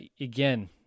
again